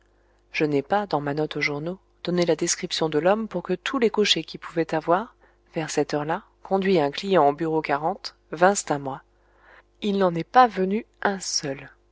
je n'ai pas dans ma note aux journaux donné la description de l'homme pour que tous les cochers qui pouvaient avoir vers cette heure-là conduit un client au bureau vinssent à moi il n'en est pas venu un seul